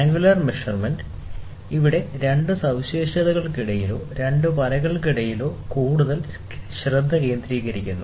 angular measurement ഇവിടെ രണ്ട് സവിശേഷതകൾക്കിടയിലോ രണ്ട് വരകൾക്കിടയിലോ കൂടുതൽ ശ്രദ്ധ കേന്ദ്രീകരിക്കുന്നു